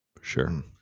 Sure